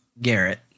Garrett